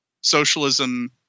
socialism